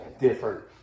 different